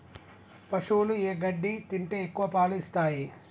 పశువులు ఏ గడ్డి తింటే ఎక్కువ పాలు ఇస్తాయి?